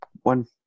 one